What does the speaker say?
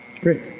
Great